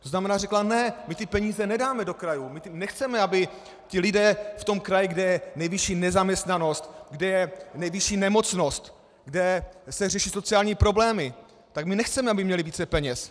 To znamená, řekla ne, my ty peníze nedáme do krajů, my nechceme, aby lidé v tom kraji, kde je nejvyšší nezaměstnanost, kde je nejvyšší nemocnost, kde se řeší sociální problémy, tak my nechceme, aby měli více peněz.